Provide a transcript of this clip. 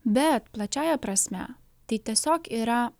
bet plačiąja prasme tai tiesiog yra